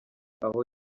aho